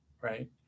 right